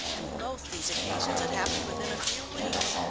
and both these occasions had happened within a few weeks.